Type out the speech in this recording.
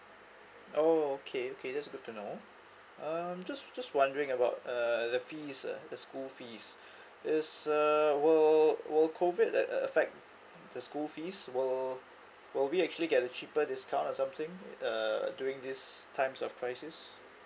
oh okay okay that's good to know um just just wondering about uh the fees uh the school fees is uh will will COVID like uh affect the school fees will will we actually get a cheaper discount or something it uh doing this times of crisis